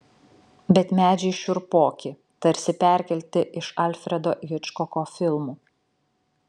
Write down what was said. bet medžiai šiurpoki tarsi perkelti iš alfredo hičkoko filmų